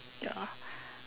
ya